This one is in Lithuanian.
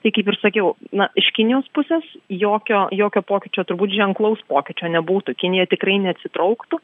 tai kaip ir sakiau na iš kinijos pusės jokio jokio pokyčio turbūt ženklaus pokyčio nebūtų kinija tikrai neatsitrauktų